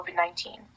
COVID-19